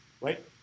right